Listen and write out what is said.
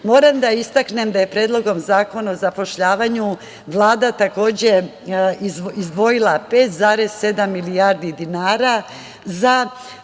pruga. Moram da istaknem da je predlogom Zakona o zapošljavanju Vlada takođe, izdvojila 5,7 milijardi dinara, za